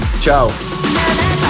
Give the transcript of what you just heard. ciao